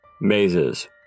Mazes